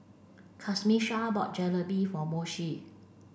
Camisha bought Jalebi for Moshe